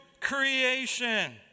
creation